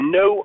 no